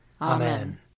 Amen